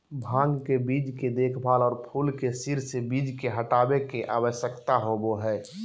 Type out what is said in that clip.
भांग के बीज के देखभाल, और फूल के सिर से बीज के हटाबे के, आवश्यकता होबो हइ